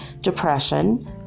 depression